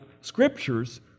scriptures